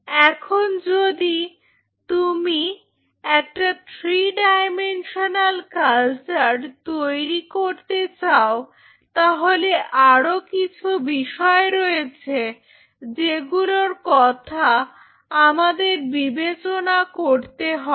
এখন যদি তুমি একটা থ্রি ডায়মেনশনাল কালচার তৈরি করতে চাও তাহলে আরো কিছু বিষয় রয়েছে যেগুলোর কথা আমাদের বিবেচনা করতে হবে